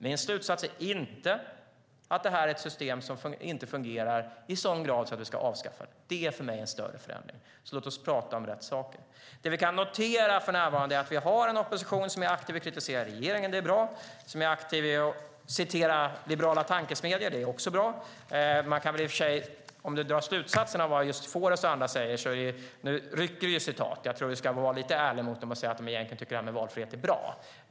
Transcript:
Min slutsats är inte att systemet inte fungerar i sådan grad att det ska avskaffas, vilket för mig är en större förändring. Låt oss prata om rätt saker! Det vi för närvarande kan notera är att vi har en opposition som är aktiv och kritiserar regeringen, vilket är bra, och som är aktiv med att citera liberala tankesmedjor, vilket också är bra. Men om du drar slutsatser av vad just Fores och andra säger: Nu rycker du ut ett citat, men jag tycker att du ska vara lite ärlig mot dem och säga att de egentligen tycker att detta med valfrihet är bra.